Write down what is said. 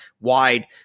wide